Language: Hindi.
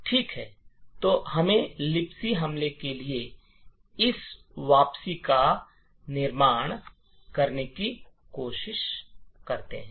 ठीक है तो हमें लिबसी हमले के लिए इस वापसी का निर्माण करने की कोशिश करते हैं